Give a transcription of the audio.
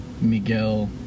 Miguel